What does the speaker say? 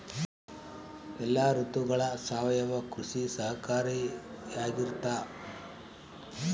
ಎಲ್ಲ ಋತುಗಳಗ ಸಾವಯವ ಕೃಷಿ ಸಹಕಾರಿಯಾಗಿರ್ತೈತಾ?